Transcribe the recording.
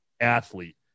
athlete